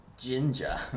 ginger